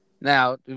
Now